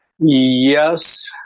Yes